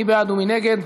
מי בעד ומי נגד?